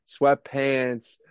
sweatpants